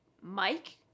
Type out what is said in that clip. Mike